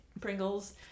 Pringles